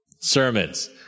sermons